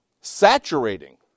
saturating